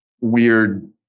weird